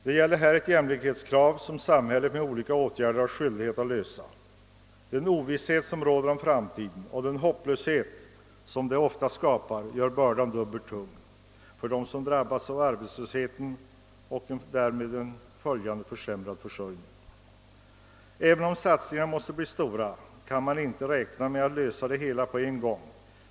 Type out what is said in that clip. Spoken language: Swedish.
Det gäller ett jämlikhetskrav som samhället bör ha skyldighet att tillgodose med olika åtgärder. Den ovisshet som råder om framtiden och den hopplöshet den ofta skapar gör bördan många gånger dubbelt tung för dem som drabbats av arbetslöshet och en därmed följande försämrad försörjning. Även om satsningarna måste bli stora kan de inte beräknas kunna klara alla problem på en gång.